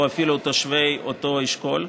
או אפילו את תושבי אותו אשכול.